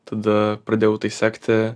tada pradėjau tai sekti